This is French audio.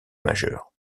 majeure